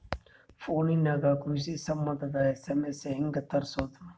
Phone ನಾಗೆ ಕೃಷಿ ಸಂಬಂಧ ಎಸ್.ಎಮ್.ಎಸ್ ಹೆಂಗ ತರಸೊದ?